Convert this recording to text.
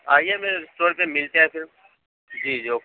آئیے میرے اسٹور پہ ملتے ہیں پھر جی جی اوکے